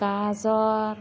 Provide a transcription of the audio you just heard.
गाजर